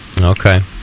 okay